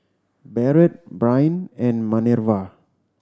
Barret Bryn and Manerva